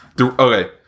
Okay